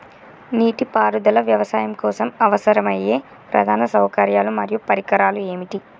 నీటిపారుదల వ్యవసాయం కోసం అవసరమయ్యే ప్రధాన సౌకర్యాలు మరియు పరికరాలు ఏమిటి?